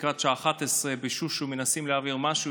לקראת השעה 23:00. בשושו מנסים להעביר משהו